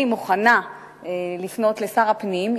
אני מוכנה לפנות לשר הפנים.